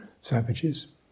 savages